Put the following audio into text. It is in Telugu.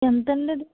ఎంత అండి అది